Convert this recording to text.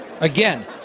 Again